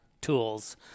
tools